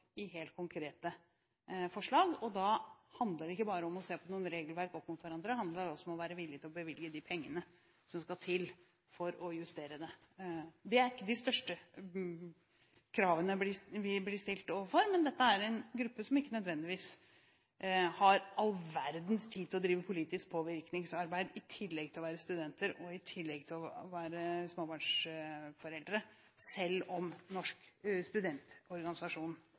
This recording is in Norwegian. mot hverandre, det handler også om å være villig til å bevilge de pengene som skal til for å justere det. Det er ikke de største kravene vi blir stilt overfor, men dette er en gruppe som ikke nødvendigvis har all verdens tid til å drive politisk påvirkningsarbeid i tillegg til å være studenter og småbarnsforeldre, selv om Norsk studentorganisasjon fører deres sak. Jeg skal gå igjennom eksemplene som har kommet opp her, både det som dreier seg om